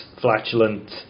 flatulent